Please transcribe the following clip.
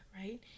right